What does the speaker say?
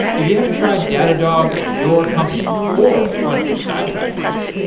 if you haven't tried datadog at your company or on your side project,